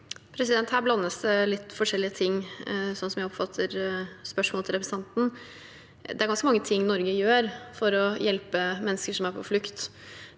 Her blandes det litt forskjellige ting, slik jeg oppfatter spørsmålet til representanten. Det er ganske mange ting Norge gjør for å hjelpe mennesker som er på flukt,